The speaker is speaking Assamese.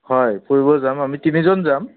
হয় ফুৰিব যাম আমি তিনিজন যাম